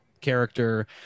character